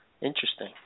Interesting